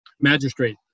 magistrate